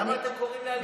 למה אתם קוראים לאלימות?